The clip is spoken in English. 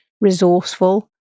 resourceful